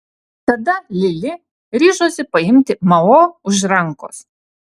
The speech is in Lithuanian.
tada lili ryžosi paimti mao už rankos